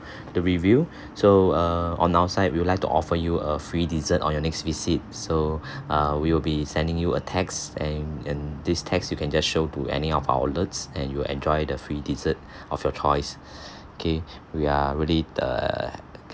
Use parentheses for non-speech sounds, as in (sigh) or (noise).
(breath) the review (breath) so err on our side we would like to offer you a free dessert on your next visit so (breath) uh we will be sending you a text and and this text you can just show to any of outlets and you will enjoy the free dessert (breath) of your choice (breath) okay we are really err